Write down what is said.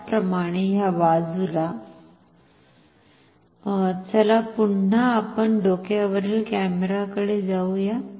त्याचप्रमाणे ह्या बाजुला चला पुन्हा आपण डोक्यावरील कॅमेराकडे जाऊया